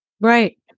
Right